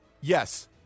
Yes